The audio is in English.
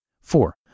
Four